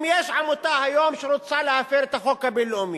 אם יש היום עמותה שרוצה להפר את החוק הבין-לאומי,